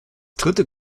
dritte